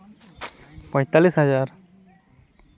ᱯᱚᱸᱭᱛᱟᱞᱞᱤᱥ ᱦᱟᱡᱟᱨ